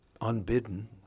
unbidden